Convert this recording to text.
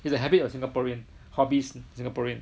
it's a habit of Singaporean hobbies Singaporean